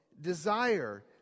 desire